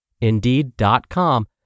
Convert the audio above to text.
Indeed.com